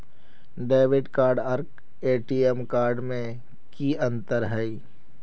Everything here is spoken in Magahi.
डेबिट कार्ड आर टी.एम कार्ड में की अंतर है?